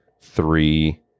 three